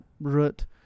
root